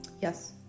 Yes